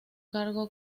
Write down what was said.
cargo